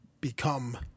become